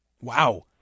Wow